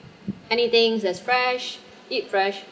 anything's as fresh eat fresh